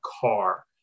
car